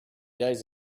days